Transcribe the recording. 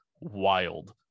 wild